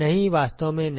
नहीं वास्तव में नहीं